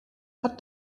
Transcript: hat